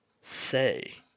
Say